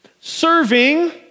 serving